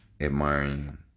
admiring